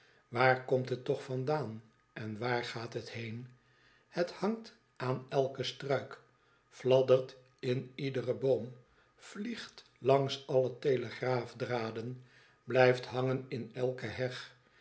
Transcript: waar komt het toch vandaan en waar gaat het heen het hangt aan eiken struik fladdert in iederen boom vliegt langs alle telegraafdraden blijft hangen in elke heg